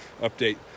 update